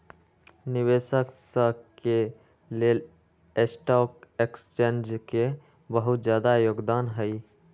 निवेशक स के लेल स्टॉक एक्सचेन्ज के बहुत जादा योगदान हई